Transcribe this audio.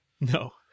no